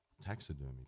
taxidermy